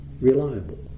reliable